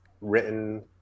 written